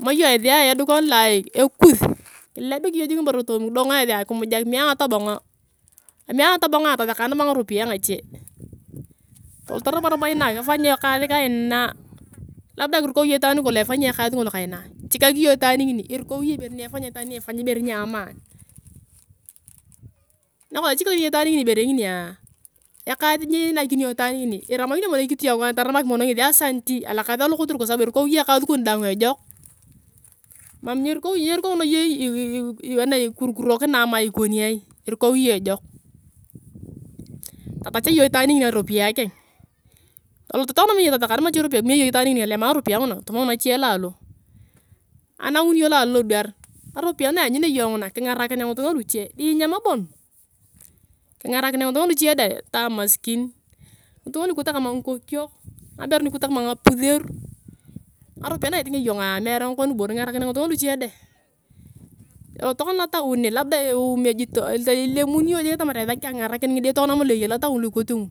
Tama iyong esia edukan loa ekus, kilelebik iyong jik ngiboro toomi kidongo esia kimuja kidongo esia kime ayong atobongo. kime ajong atobongoa atasaka nabo ngaropiyae ngache. atolot robo nabe kifany ekaas kaina, labda kirukau iyong itaan nikolong efanyi ekaas ngolo kaina, kichikak iyong itaan ngini. irukou iyong ibere nginia, ekaas loa inakini iyong itaan nginia, iramakini iyong kitu cha kwanza toromak mono ngesi asanti, alookass kalo kotere irukou iyong ekaas kon dang ejok, mam nyerukauna iyong ikurukurokina ama ikoniai, irukou iyong niti ejok. tatach iyong itaan ngini ngaropiyae keng. eolot tokona nabo iyong tosakaa nabo ngache ropiyae kime iyong itaan ngini, tolema ngaropiyae nguna, ngaropiyae nguna, kitumau nache laloo. Anangun iyong laloo lodwar, ngaropiyae na eyanyunia iyong iyong nguna, kingarakinea ngitunga luche. ni inyam bon, kingarakinea ngitunga luche deng. toa amasikin, ngitunga lu ikote kama ngikokiok, nyabeur na ikote kama ngikokiok, nyabeur na ikote kama ngapuseur, ngaropiyae na itingea iyongaa meere ngakon bon, kingarakinea ngutunga deng. Tolot tokona letaun ne, labda iyong jik atamar asaki ayong akingarakia ngide lu eyaa, tokona lofaun lu ikote ngulu,